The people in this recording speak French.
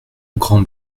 grand